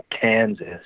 Kansas